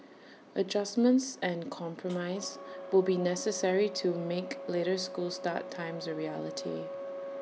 adjustments and compromise will be necessary to make later school start times A reality